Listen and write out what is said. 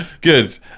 good